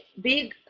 big